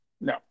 No